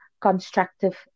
constructive